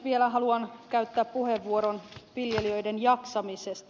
vielä haluan käyttää puheenvuoron viljelijöiden jaksamisesta